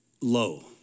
low